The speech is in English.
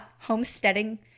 homesteading